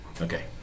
Okay